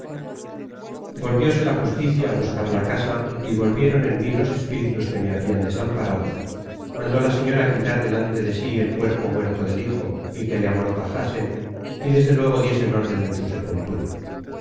volvióse la justicia á buscar la casa y volvieron en mí los espíritus que me habian desamparado mandó la señora quitar delante de sí el cuerpo muerto del hijo y que le amortajasen y desde luego diesen órden en su sepultura